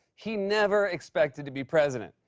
he never expected to be president.